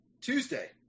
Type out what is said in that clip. Tuesday